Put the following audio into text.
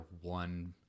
one